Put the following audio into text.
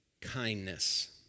kindness